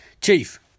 Chief